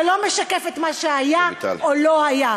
זה לא משקף את מה שהיה או לא היה.